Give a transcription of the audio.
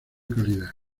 calidad